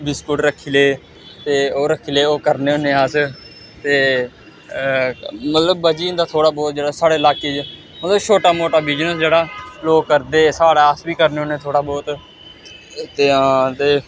biscuit रक्खी ले ते ओह् रक्खी ले करने होन्ने अस ते मतलब बची जंदा थोह्ड़ा बहुत जेह्ड़ा साढ़े इलाके च मतलब छोटा मोटा बिजनेस जेह्ड़ा लोक करदे साढ़ा अस बी करने होन्ने थोह्ड़ा बहुत ते हां ते